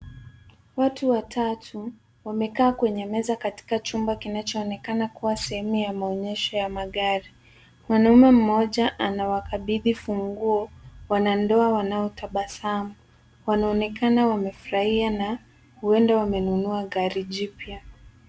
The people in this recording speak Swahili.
Watu watatu wamekaa kwenye meza katika chumba kinachoonekana kuwa sehemu ya maonyesho ya magari. Mwanaume mmoja anawakabidhi funguo wanadoa wanaotabasamu, wanaonekana wamefurahia na ueda wamenunua gari jipya.